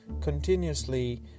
Continuously